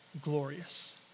glorious